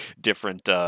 different